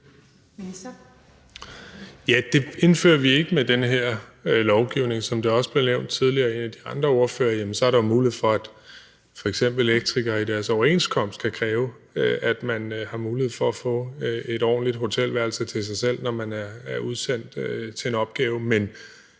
Det indfører vi ikke med den her lovgivning. Som det også blev nævnt tidligere af en af de andre ordførere, er der jo mulighed for, at f.eks. elektrikere i deres overenskomst kan kræve, at man har mulighed for at få et ordentligt hotelværelse til sig selv, når man er udsendt til en opgave.